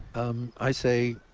um i say,